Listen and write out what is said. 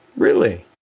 really.